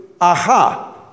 aha